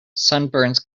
sunburns